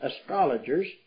astrologers